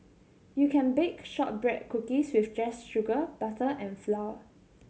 you can bake shortbread cookies with just sugar butter and flour